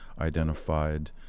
identified